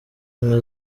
ubumwe